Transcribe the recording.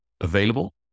available